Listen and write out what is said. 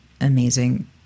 amazing